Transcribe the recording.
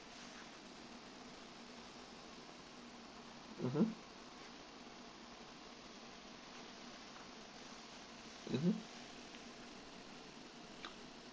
mmhmm mmhmm